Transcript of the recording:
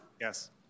Yes